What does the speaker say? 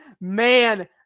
Man